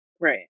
Right